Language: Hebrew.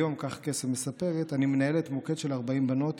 היום, כך קסם מספרת, אני מנהלת מוקד של 40 בנות.